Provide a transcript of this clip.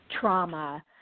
trauma